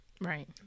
Right